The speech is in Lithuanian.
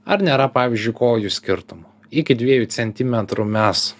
ar nėra pavyzdžiui kojų skirtumų iki dviejų centimetrų mes